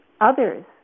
others